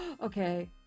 okay